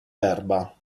erba